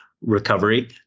recovery